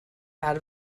out